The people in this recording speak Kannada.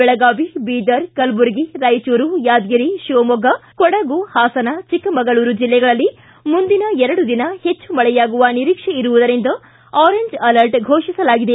ಬೆಳಗಾವಿ ಬೀದರ್ ಕಲಬುರಗಿ ರಾಯಚೂರು ಯಾದಗಿರಿ ಶೀವಮೊಗ್ಗ ಕೊಡಗು ಪಾಸನ ಚಿಕ್ಕಮಗಳೂರು ಜಿಲ್ಲೆಗಳಲ್ಲಿ ಮುಂದಿನ ದಿನಗಳಲ್ಲಿ ಹೆಚ್ಚು ಮಳೆಯಾಗುವ ನಿರೀಕ್ಷೆ ಇರುವುದರಿಂದ ಆರೆಂಜ್ ಅಲರ್ಟ್ ಘೋಷಿಸಲಾಗಿದೆ